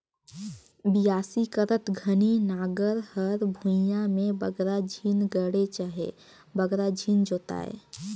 बियासी करत घनी नांगर हर भुईया मे बगरा झिन गड़े चहे बगरा झिन जोताए